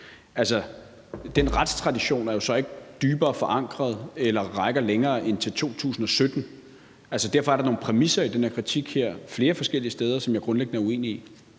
den retstradition jo så ikke er dybere forankret eller rækker længere end til 2017. Derfor er der nogle præmisser i den her kritik flere forskellige steder, som jeg grundlæggende er uenig i.